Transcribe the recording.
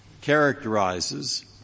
characterizes